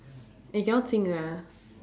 I cannot sing lah